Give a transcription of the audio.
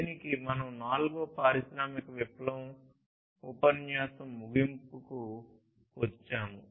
దీనితో మనం నాల్గవ పారిశ్రామిక విప్లవ ఉపన్యాసం ముగింపుకు వచ్చాము